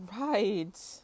right